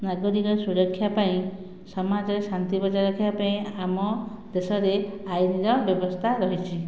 ନାଗରିକ ର ସୁରକ୍ଷା ପାଇଁ ସମାଜ ରେ ଶାନ୍ତି ବଜାୟ ରଖିବାପାଇଁ ଆମ ଦେଶ ରେ ଆଇନ୍ ର ବ୍ୟବସ୍ଥା ରହିଛି